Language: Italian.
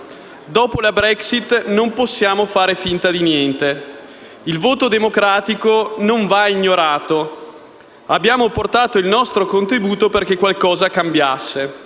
dopo la Brexit non possiamo far finta di niente; il voto democratico non va ignorato; abbiamo portato il nostro contributo perché qualcosa cambiasse;